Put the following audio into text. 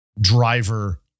driver